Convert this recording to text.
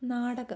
നാടകം